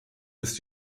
ist